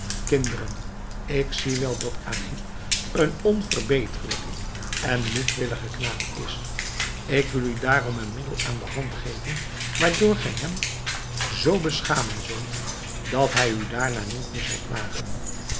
kinderen ik zie wel dat agib een onverbeterlijke en moedwillige knaap is ik wil u daarom een middel aan de hand geven waardoor gij hem zoo beschamen zult dat hij u daarna niet meer zal plagen